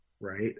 right